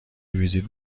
ویزیت